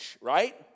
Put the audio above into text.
right